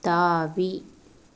தாவி